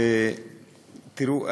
תראו,